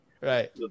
Right